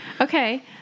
okay